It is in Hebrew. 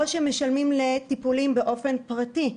או שמשלמים על טיפולים באופן פרטי,